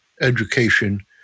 education